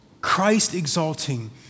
Christ-exalting